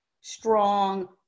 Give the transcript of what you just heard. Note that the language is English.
strong